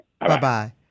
Bye-bye